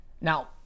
Now